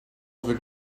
over